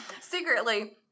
secretly